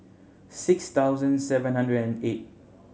six thousand seven hundred and eight